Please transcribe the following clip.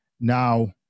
Now